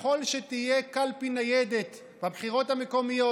יכול שתהיה קלפי ניידת בבחירות המקומיות.